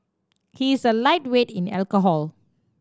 he is a lightweight in alcohol